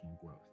growth